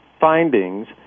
findings